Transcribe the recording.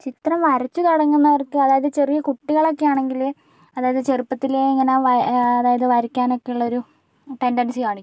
ചിത്രം വരച്ചു തുടങ്ങുന്നവർക്ക് അതായത് ചെറിയ കുട്ടികളൊക്കെ ആണെങ്കിൽ അതായത് ചെറുപ്പത്തിലേ ഇങ്ങനെ അതായത് വരയ്ക്കാനൊക്കെ ഉള്ളൊരു ടെൻ്റൻസി കാണിക്കും